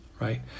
Right